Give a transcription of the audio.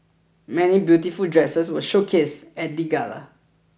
many beautiful dresses were showcased at the gala